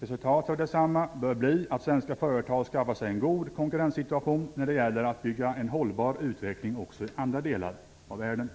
Resultatet av detta bör bli att svenska företag skaffar sig en god konkurrenssituation när det gäller att bygga en hållbar utveckling också i andra delar av världen.